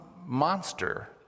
monster